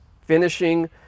finishing